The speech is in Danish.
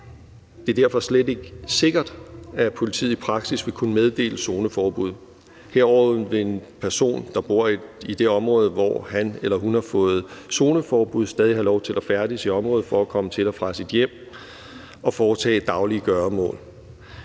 Det er derfor slet ikke sikkert, at politiet i praksis vil kunne meddele zoneforbud. Herudover vil en person, der bor i det område, hvor han eller hun har fået zoneforbud, stadig have lov til at færdes i området for at komme til og fra sit hjem og foretage daglige gøremål.